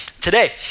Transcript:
today